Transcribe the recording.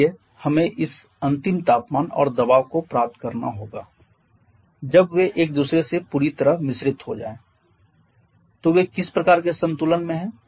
इसलिए हमें इस अंतिम तापमान और दबाव को प्राप्त करना होगा जब वे एक दूसरे से पूरी तरह से मिश्रित हो जाएं तो वे किसी प्रकार के संतुलन में हैं